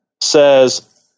says